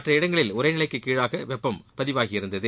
மற்ற இடங்களில் உறைநிலைக்கு கீழாக வெப்பம் பதிவாகியிருந்தது